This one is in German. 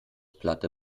platte